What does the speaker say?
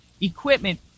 equipment